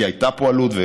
כי הייתה פה עלות,